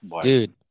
Dude